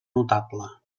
notable